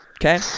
Okay